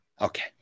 Okay